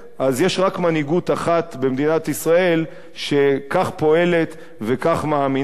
אז יש רק מנהיגות אחת במדינת ישראל שכך פועלת וכך מאמינה.